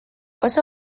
oso